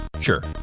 Sure